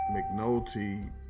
McNulty